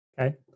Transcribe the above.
Okay